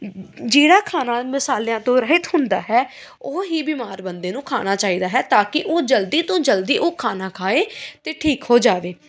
ਜਿਹੜਾ ਖਾਣਾ ਮਸਾਲਿਆਂ ਤੋਂ ਰਹਿਤ ਹੁੰਦਾ ਹੈ ਉਹ ਹੀ ਬਿਮਾਰ ਬੰਦੇ ਨੂੰ ਖਾਣਾ ਚਾਹੀਦਾ ਹੈ ਤਾਂ ਕਿ ਉਹ ਜਲਦੀ ਤੋਂ ਜਲਦੀ ਉਹ ਖਾਣਾ ਖਾਏ ਅਤੇ ਠੀਕ ਹੋ ਜਾਵੇ